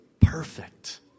perfect